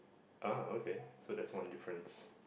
uh okay so that's one difference